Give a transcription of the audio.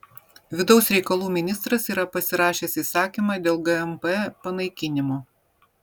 vidaus reikalų ministras yra pasirašęs įsakymą dėl gmp panaikinimo